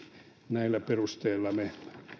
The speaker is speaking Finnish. näillä perusteilla me